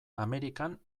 amerikan